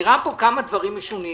נראה פה כמה דברים משונים.